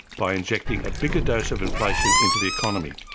by injecting a bigger dose of inflation into the economy,